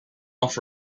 off